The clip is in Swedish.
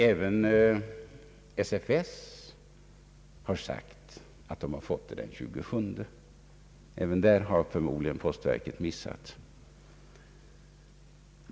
Även SFS har sagt att de fått handlingarna den 27, så också där har förmodligen postverket missat.